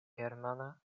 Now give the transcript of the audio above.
germana